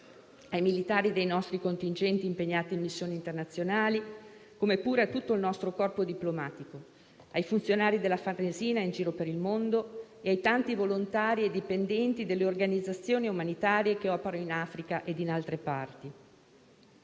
ai militari dei nostri contingenti impegnati in missioni internazionali, come pure a tutto il nostro corpo diplomatico, ai funzionari della Farnesina in giro per il mondo e ai tanti volontari e dipendenti delle organizzazioni umanitarie che operano in Africa e in altre parti.